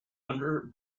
under